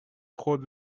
خود